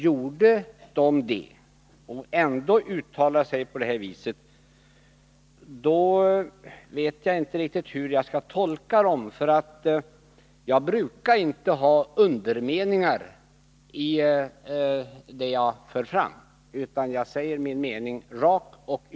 Gjorde de det, och ändå uttalar sig på det här viset, vet jag inte riktigt hur jag skall tolka dem. Jag brukar inte ha undermeningar i det jag för fram, utan jag säger min mening rakt ut.